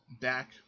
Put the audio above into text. back